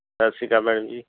ਸਤਿ ਸ਼੍ਰੀ ਅਕਾਲ ਮੈਡਮ ਜੀ